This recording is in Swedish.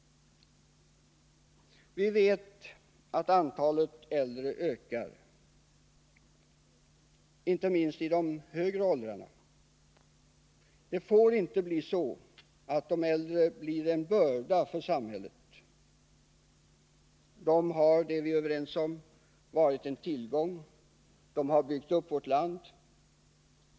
Vi vet att antalet äldre ökar, inte minst när det gäller det högre åldersskiktet. Det får inte bli så att de äldre blir en börda för samhället. Vi är eniga om att de har varit en tillgång för vårt land, att de har byggt upp det.